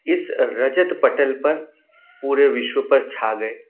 इस रजत पटल पर पूरे विश्व पर छा गए